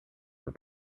were